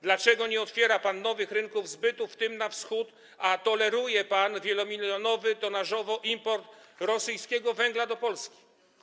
Dlaczego nie otwiera pan nowych rynków zbytu, w tym na Wschód, a toleruje pan wielomilionowy tonażowo import rosyjskiego węgla do Polski?